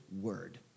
word